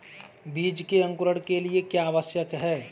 बीज के अंकुरण के लिए क्या आवश्यक है?